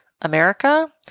America